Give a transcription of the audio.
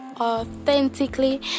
authentically